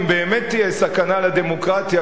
אם באמת תהיה סכנה לדמוקרטיה,